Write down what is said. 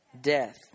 Death